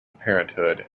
parenthood